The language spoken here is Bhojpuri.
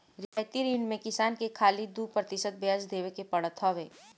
रियायती ऋण में किसान के खाली दू प्रतिशत बियाज देवे के पड़त हवे